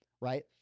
right